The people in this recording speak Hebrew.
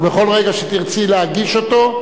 ובכל רגע שתרצי להגיש אותה,